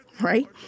right